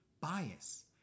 bias